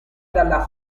dalla